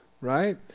right